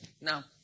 Now